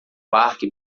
parque